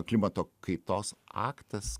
klimato kaitos aktas